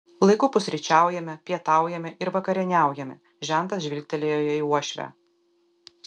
laiku pusryčiaujame pietaujame ir vakarieniaujame žentas žvilgtelėjo į uošvę